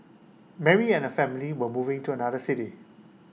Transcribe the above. Mary and her family were moving to another city